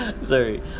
Sorry